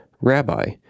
Rabbi